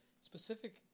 Specific